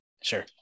sure